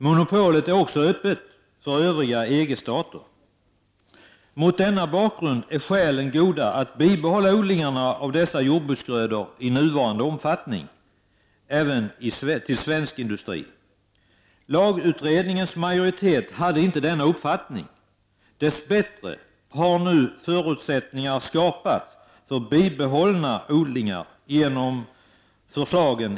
Monopolet är även öppet för de övriga EG-staterna. Mot denna bakgrund finns det goda skäl att bibehålla odlingarna av dessa jordbruksgrödor i nuvarande omfattning även till svensk industri. LAG-utredningens majoritet hade inte denna uppfattning. Dess bättre har nu genom förslagen i betänkandet förutsättningar skapats för bibehållna odlingar.